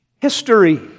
history